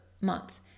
month